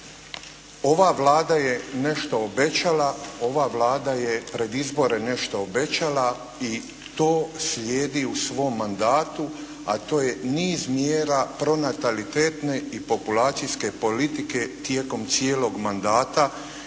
ova Vlada je nešto obećala. Ova Vlada je pred izbore nešto obećala i to slijedi u svom mandatu, a to je niz mjera pronatalitetne i populacijske politike tijekom cijelog mandata